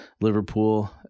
Liverpool